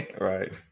Right